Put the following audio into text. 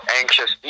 anxious